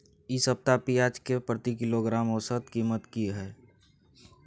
इ सप्ताह पियाज के प्रति किलोग्राम औसत कीमत की हय?